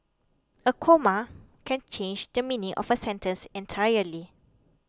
a comma can change the meaning of a sentence entirely